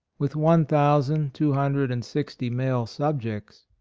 with one thousand two hundred and sixty male subjects.